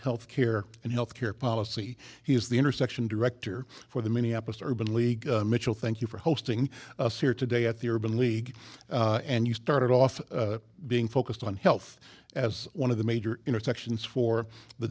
health care and health care policy he is the intersection director for the minneapolis urban league mitchell thank you for hosting us here today at the urban league and you started off being focused on health as one of the major intersections for the